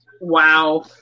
Wow